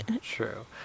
true